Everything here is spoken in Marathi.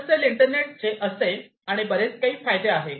इंडस्ट्रियल इंटरनेटचे असे आणि बरेच काही फायदे आहेत